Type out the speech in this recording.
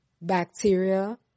bacteria